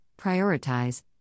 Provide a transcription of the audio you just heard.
prioritize